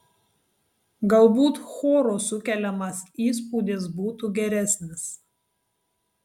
galbūt choro sukeliamas įspūdis būtų geresnis